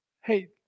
Hey